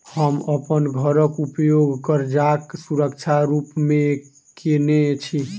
हम अप्पन घरक उपयोग करजाक सुरक्षा रूप मेँ केने छी